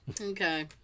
okay